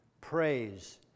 praise